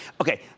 okay